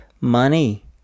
money